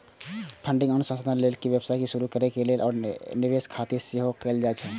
funding अनुसंधान कार्य लेल, व्यवसाय शुरू करै लेल, आ निवेश खातिर सेहो कैल जाइ छै